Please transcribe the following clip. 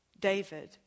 David